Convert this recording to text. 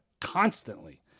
constantly